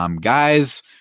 Guys